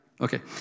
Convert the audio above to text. Okay